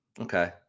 Okay